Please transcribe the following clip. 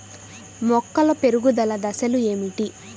మొక్కల పెరుగుదల దశలు ఏమిటి?